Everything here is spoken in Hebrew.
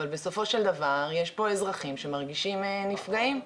אבל בסופו של דבר יש פה אזרחים שמרגישים נפגעים.